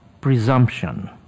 presumption